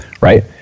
right